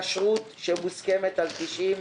כשרות שמוסכמת על 90%,